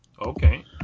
okay